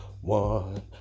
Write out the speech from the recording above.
one